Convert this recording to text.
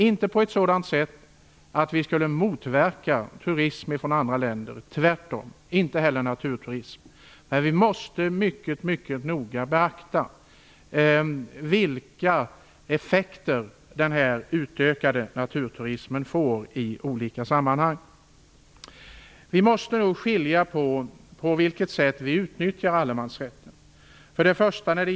Av det skall man inte dra slutsatsen att vi borde motverka turism från andra länder - tvärtom. Inte heller naturturism. Men vi måste mycket noga beakta vilka effekter den utökade naturturismen får i olika sammanhang. Vi måste skilja mellan de olika sätten att utnyttja allemansrätten.